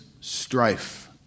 strife